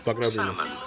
Salmon